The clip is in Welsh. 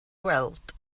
weld